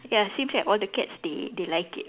ya seems like all the cats they they like it